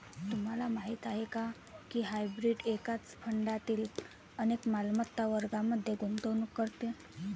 तुम्हाला माहीत आहे का की हायब्रीड एकाच फंडातील अनेक मालमत्ता वर्गांमध्ये गुंतवणूक करते?